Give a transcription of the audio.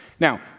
Now